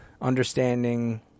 understanding